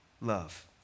love